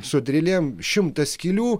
su drilėm šimtą skylių